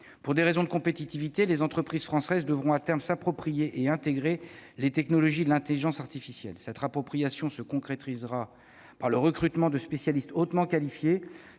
Pour des raisons de compétitivité, les entreprises françaises devront à terme s'approprier et intégrer les technologies de l'intelligence artificielle. Cette appropriation se concrétisera par le recrutement de spécialistes hautement qualifiés,